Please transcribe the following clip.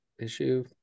issue